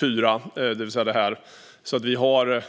4, det vill säga detta område.